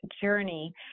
journey